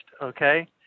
Okay